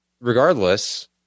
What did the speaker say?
regardless